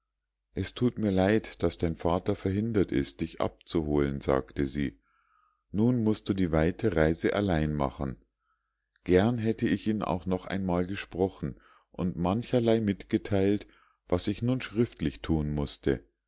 es thut mir leid daß dein vater verhindert ist dich abzuholen sagte sie nun mußt du die weite reise allein machen gern hätte ich ihn auch noch einmal gesprochen und mancherlei mitgeteilt was ich nun schriftlich thun mußte